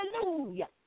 Hallelujah